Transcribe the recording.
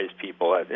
people